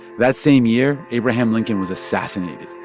that same year, abraham lincoln was assassinated.